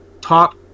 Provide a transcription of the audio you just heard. top